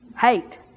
hate